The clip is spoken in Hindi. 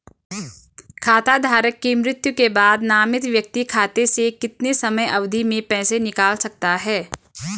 खाता धारक की मृत्यु के बाद नामित व्यक्ति खाते से कितने समयावधि में पैसे निकाल सकता है?